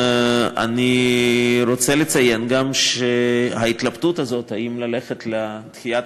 אני רוצה לציין גם שההתלבטות הזאת אם ללכת לדחיית